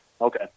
Okay